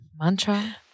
Mantra